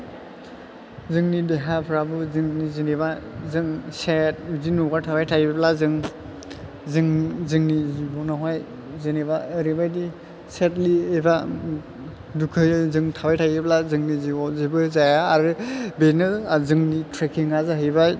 जोंनि देहाफ्राबो जोंनि जेनोबा जों सेद बिदि न'आव थाबाय थायोब्ला जों जोंनि जिबनावहाय जेनोबा एरैबादि सेदलि एबा दुखुयै जों थाबाय थायोब्ला जोंनि जिउआव जेबो जाया आरो बेनो जोंनि ट्रेकिं आ जाहैबाय